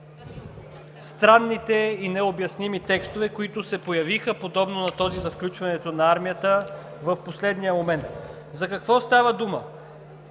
най-странните и необясними текстове, които се появиха, подобно на този за включването на армията в последния момент. За какво става дума?